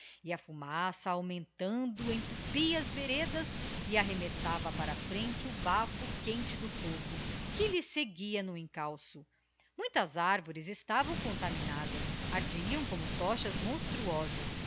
e a fumaça augmentando entupia as veredas e arremessava para a frente o bafo quente do fogo que lhe seguia no encalço muitas arores estavam contaminadas ardiam como tochas monstruosas